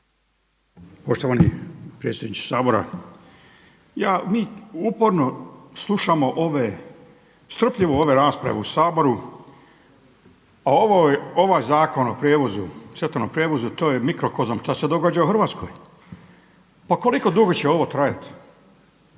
Poštovani predsjedniče Sabora, mi uporno slušamo ove, strpljivo ove rasprave u Saboru pa ovaj Zakon o cestovnom prijevozu to je mikrokozam što se događa u Hrvatskoj. Pa koliko dugo će ovo trajati?